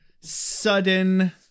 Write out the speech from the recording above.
sudden-